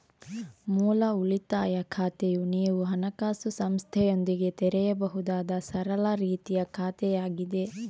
ಮೂಲ ಉಳಿತಾಯ ಖಾತೆಯು ನೀವು ಹಣಕಾಸು ಸಂಸ್ಥೆಯೊಂದಿಗೆ ತೆರೆಯಬಹುದಾದ ಸರಳ ರೀತಿಯ ಖಾತೆಯಾಗಿದೆ